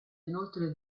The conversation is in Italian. inoltre